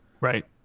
Right